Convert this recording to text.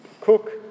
Cook